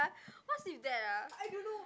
what's with that ah I don't know